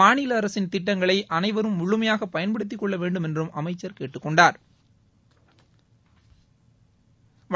மாநி ல அரசின் திட்டங்களை அனைவரும் முழுமையாக பயன் படுத்திக்கு கொள்ள வேண்டுமென்றும் அமைச்சார் கேட் டுக் கொண்டாா்